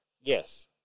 Yes